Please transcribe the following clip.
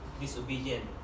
disobedient